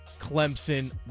Clemson